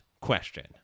question